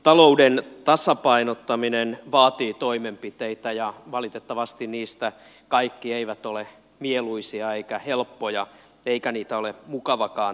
valtiontalouden tasapainottaminen vaatii toimenpiteitä ja valitettavasti niistä kaikki eivät ole mieluisia eivätkä helppoja eikä niitä ole mukavakaan tehdä